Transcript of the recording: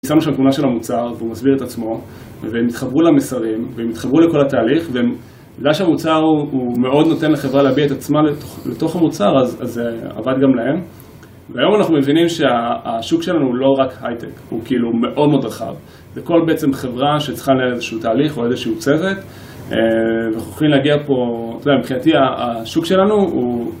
שמנו שם תמונה של המוצר והוא מסביר את עצמו, והם התחברו למסרים והם התחברו לכל התהליך והם בגלל שהמוצר הוא מאוד נותן לחברה להביא את עצמה לתוך המוצר אז זה עבד גם להם והיום אנחנו מבינים שהשוק שלנו הוא לא רק הייטק, הוא כאילו מאוד מאוד רחב זה כל בעצם חברה שצריכה לנהל איזשהו תהליך או איזושהי צוות וחוכיםאנחנו יכולים להגיע פה, אתה יודע, מבחינתי השוק שלנו הוא